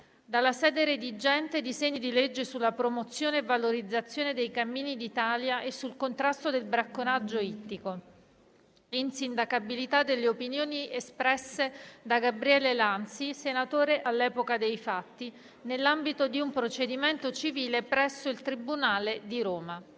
dalla sede redigente, disegni di legge sulla promozione e valorizzazione dei cammini d'Italia e sul contrasto del bracconaggio ittico; insindacabilità delle opinioni espresse da Gabriele Lanzi, senatore all'epoca dei fatti, nell'ambito di un procedimento civile presso il tribunale di Roma.